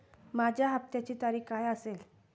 माझ्या हप्त्याची तारीख काय असेल?